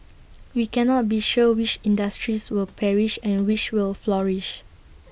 we cannot be sure which industries will perish and which will flourish